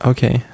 Okay